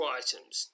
items